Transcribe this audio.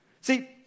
See